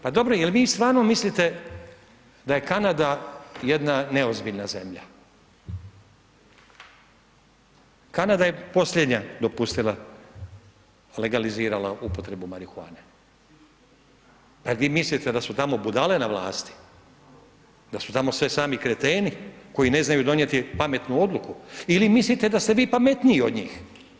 Pa dobro jer vi stvarno mislite da je Kanada jedna neozbiljna zemlja, Kanada je posljednja dopustila, legalizirala upotrebu marihuane, jel vi mislite da su tamo budale na vlasti, da su tamo sve sami kreteni koji ne znaju donijeti pametnu odluku ili mislite da ste vi pametniji od njih.